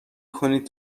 کنید